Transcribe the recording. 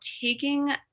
taking